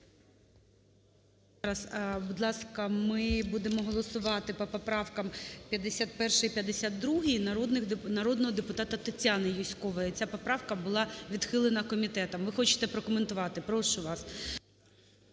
Будь ласка, ми будемо голосувати по поправкам 51-й і 52-й народного депутата Тетяни Юзькової. Ця поправка була відхилена комітетом. Ви хочете прокоментувати? Прошу вас.